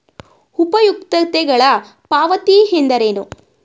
ಉಪಯುಕ್ತತೆಗಳ ಪಾವತಿ ಎಂದರೇನು?